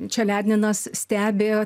čeledninas stebi